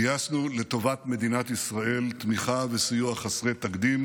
גייסנו לטובת מדינת ישראל תמיכה וסיוע חסרי תקדים,